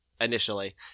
initially